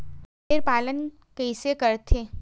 बटेर पालन कइसे करथे?